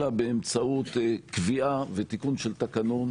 אלא באמצעות קביעה ותיקון של תקנון